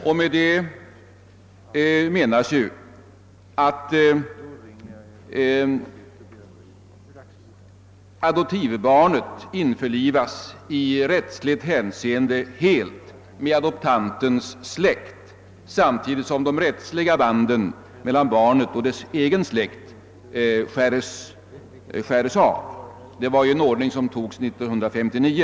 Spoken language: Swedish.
Därmed menas att adoptivbarnet i rättsligt hänseende helt införlivas med adoptantens släkt samtidigt som de rättsliga banden mellan barnet och dess egen släkt skärs av. Detta är en ordning som beslöts 1959.